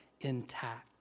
intact